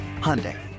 Hyundai